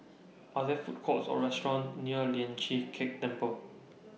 Are There Food Courts Or restaurants near Lian Chee Kek Temple